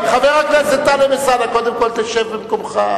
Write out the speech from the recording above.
חבר הכנסת טלב אלסאנע, קודם כול תשב במקומך.